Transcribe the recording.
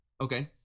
Okay